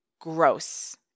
gross